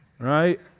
Right